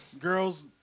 girls